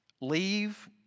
leave